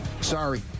Sorry